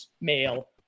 male